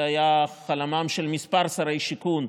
זה היה חלומם של כמה שרי שיכון,